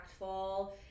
impactful